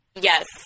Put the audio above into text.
yes